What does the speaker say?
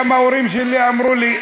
לא מה שההורים שלי אומרים לי.